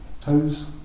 toes